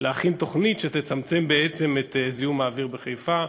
להכין תוכנית שתצמצם את זיהום האוויר בחיפה.